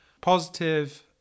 positive